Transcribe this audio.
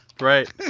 Right